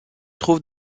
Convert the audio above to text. trouve